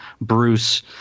Bruce